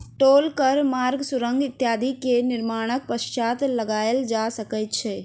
टोल कर मार्ग, सुरंग इत्यादि के निर्माणक पश्चात लगायल जा सकै छै